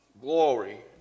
glory